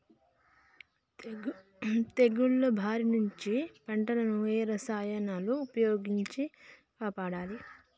తెగుళ్ల బారి నుంచి పంటలను ఏ రసాయనాలను ఉపయోగించి కాపాడాలి?